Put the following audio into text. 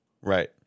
right